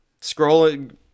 scrolling